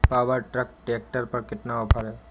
Power track tractor पर कितना offer है?